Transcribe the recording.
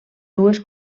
dues